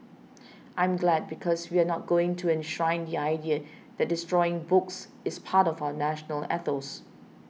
I'm glad because we're not going to enshrine the idea that destroying books is part of our national ethos